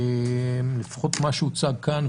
לפחות מה שהוצג כאן,